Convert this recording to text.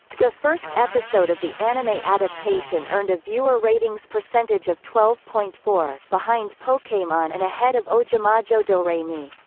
the first episode of the anime adaptation earned a viewer ratings percentage of twelve point four, behind pokemon and ahead of ojamajo doremi.